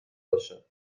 باشه